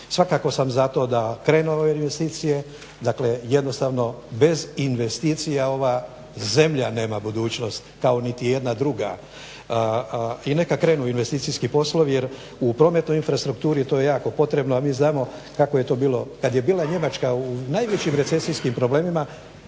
svakako sam za to da krenu ove investicije, dakle jednostavno bez investicija ova zemlja nema budućnost kao niti jedna druga i neka krenu investicijski poslovi jer u prometnoj infrastrukturu to je jako potrebno a mi znamo kako je to bilo. Kad je bila Njemačka u najvećim recesijskim problemima